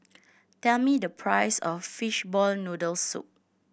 tell me the price of fishball noodle soup